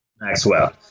Maxwell